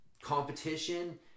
competition